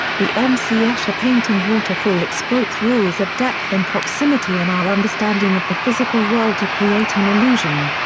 the m c. escher painting waterfall exploits rules of depth and proximity and our understanding of the physical world to create an illusion.